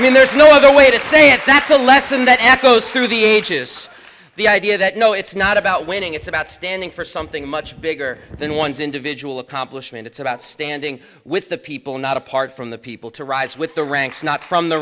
i mean there's no other way to say it that's a lesson that echoes through the ages the idea that you know it's not about winning it's about standing for something much bigger than one's individual accomplishment it's about standing with the people not apart from the people to rise with the ranks not from the